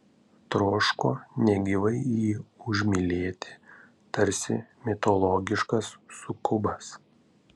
troško negyvai jį užmylėti tarsi mitologiškas sukubas